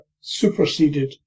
superseded